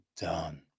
done